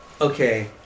okay